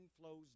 flows